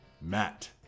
Matt